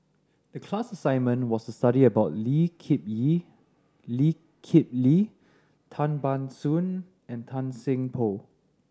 the class assignment was to study about Lee Kip Lee Lee Kip Lee Tan Ban Soon and Tan Seng Poh